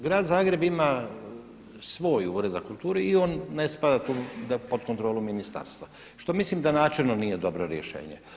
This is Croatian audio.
Grad Zagreb ima svoj ured za kulturu i on ne sada tu pod kontrolu ministarstva što mislim da načelno nije dobro rješenje.